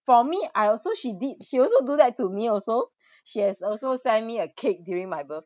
for me I also she did she also do that to me also she has also send me a cake during my birthday